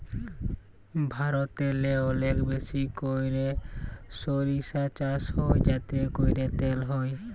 ভারতেল্লে অলেক বেশি ক্যইরে সইরসা চাষ হ্যয় যাতে ক্যইরে তেল হ্যয়